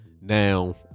now